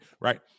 right